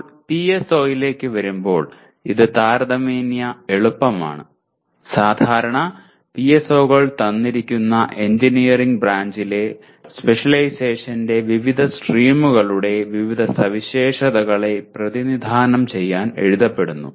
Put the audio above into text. ഇപ്പോൾ PSO യിലേക്ക് വരുമ്പോൾ ഇത് താരതമ്യേന എളുപ്പമാണ് സാധാരണ PSO കൾ തന്നിരിക്കുന്ന എഞ്ചിനീയറിംഗ് ബ്രാഞ്ചിലെ സ്പെഷ്യലൈസേഷന്റെ വിവിധ സ്ട്രീമുകളുടെ വിവിധ സവിശേഷതകളെ പ്രതിനിധാനം ചെയ്യാൻ എഴുതപ്പെടുന്നു